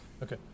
Okay